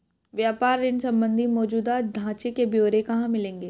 व्यापार ऋण संबंधी मौजूदा ढांचे के ब्यौरे कहाँ मिलेंगे?